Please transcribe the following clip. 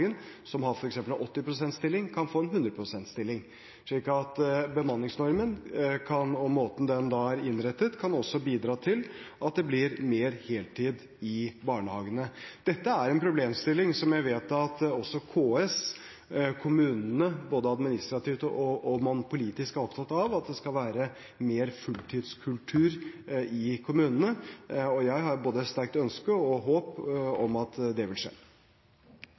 kan få en 100 pst.-stilling. Så bemanningsnormen og måten den er innrettet på, kan også bidra til at det blir mer heltid i barnehagene. Dette er en problemstilling som jeg vet at også KS, kommunene, både administrativt og politisk er opptatt av – at det skal være mer fulltidskultur i kommunene. Jeg har både et sterkt ønske og et håp om at det vil skje.